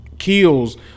kills